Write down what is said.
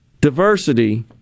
diversity